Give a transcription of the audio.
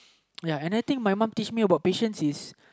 ya another thing my mum teach me about patience is